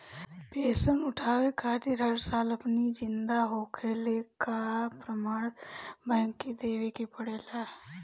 pension उठावे खातिर हर साल अपनी जिंदा होखला कअ प्रमाण बैंक के देवे के पड़ेला